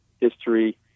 history